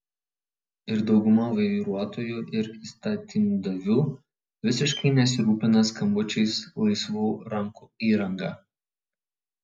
ir dauguma vairuotojų ir įstatymdavių visiškai nesirūpina skambučiais laisvų rankų įranga